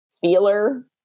feeler